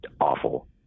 awful